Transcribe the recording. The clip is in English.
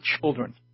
children